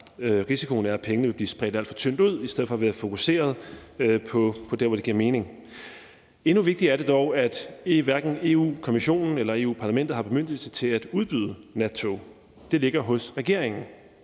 Risikoen er, at pengene vil blive spredt alt for tyndt ud i stedet for at være fokuseret på dér, hvor det giver mening. Endnu vigtigere er det dog, at hverken Europa-Kommissionen eller Europa-Parlamentet har bemyndigelse til at udbyde nattog – det ligger hos regeringen